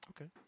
Okay